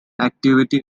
activity